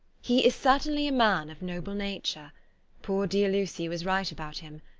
he is certainly a man of noble nature poor dear lucy was right about him.